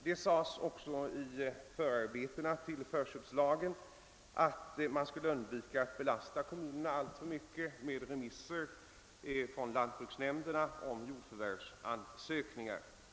Det sades också i förarbeten till förköpslagen, att man skulle undvika att belasta kommunerna alltför mycket med remisser från lantbruksnämnderna beträffande jordförvärvsansökningar.